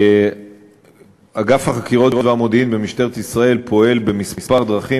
1 3. אגף החקירות והמודיעין במשטרת ישראל פועל בכמה דרכים,